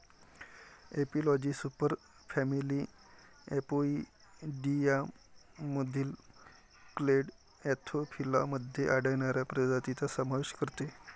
एपिलॉजी सुपरफॅमिली अपोइडियामधील clade Anthophila मध्ये आढळणाऱ्या प्रजातींचा समावेश करते